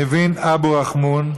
ניבין אבו רחמון,